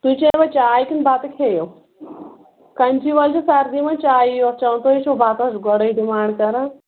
تُہۍ چیٚےوا چاے کِنہٕ بَتہٕ کھیٚیِو کَنچی وٲلۍ چھِ سردی منٛز چایی یوت چیٚوَن تُہۍ ہے چھِو بَتَس گۄڈٕے ڈیمانٛڈ کران